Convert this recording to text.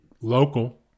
local